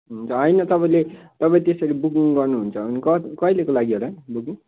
हुन्छ होइन तपाईँले तपाईँ त यसरी बुकिङ गर्नुहुन्छ भने गर् कहिलेको लागि होला बुकिङ